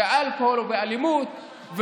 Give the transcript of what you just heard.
באלכוהול ובאלימות,